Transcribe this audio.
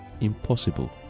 impossible